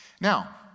Now